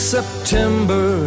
September